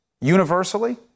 universally